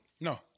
No